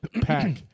pack